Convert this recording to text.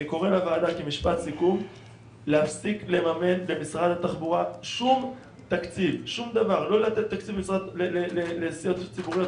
אני קורא לוועדה להפסיק לממן למשרד התחבורה תקציבים לנסיעות ציבוריות,